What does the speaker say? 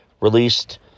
released